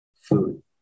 food